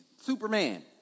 superman